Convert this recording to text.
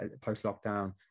post-lockdown